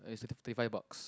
uh it's thirty thirty five bucks